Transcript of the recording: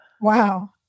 wow